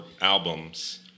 albums